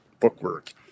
bookwork